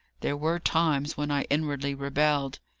there were times when i inwardly rebelled.